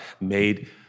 made